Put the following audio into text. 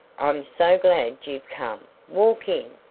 i'm so glad you've come walk in.